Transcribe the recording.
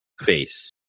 face